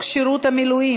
(גיור על-ידי רב מקומי),